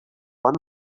like